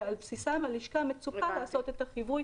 ועל בסיסם הלשכה מצופה לעשות את החיווי